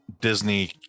Disney